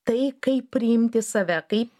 tai kaip priimti save kaip